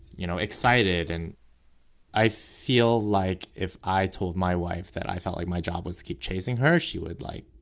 you know, excited. and i feel like if i told my wife that i felt like my job was to keep chasing her, she would like,